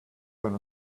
than